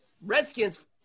Redskins